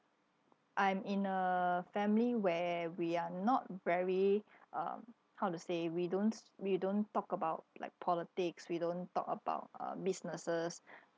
I'm in a family where we are not very um how to say we don't s~ we don't talk about like politics we don't talk about uh businesses